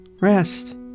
rest